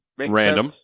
Random